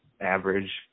average